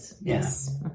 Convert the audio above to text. yes